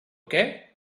què